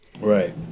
Right